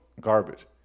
garbage